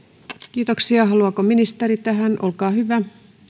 haluaako ministeri tähän olkaa hyvä